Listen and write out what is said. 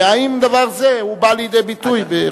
האם דבר זה הוא בא לידי ביטוי בחוק?